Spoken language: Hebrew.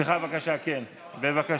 ההצבעה האלקטרונית הן 12 בעד,